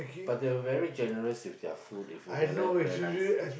but they were very generous with their food if you realize realize